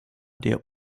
der